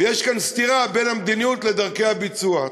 ויש כאן סתירה בין המדיניות לדרכי הביצוע.